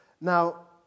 Now